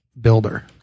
builder